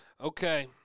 Okay